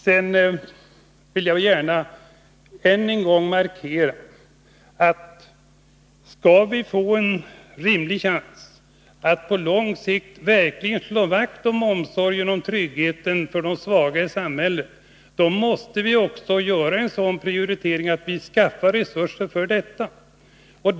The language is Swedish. Sedan vill jag gärna än en gång säga, att skall vi få en rimlig chans att på lång sikt verkligen slå vakt om tryggheten för de svaga i samhället, då måste vi också göra en sådan prioritering att vi skaffar resurser för detta.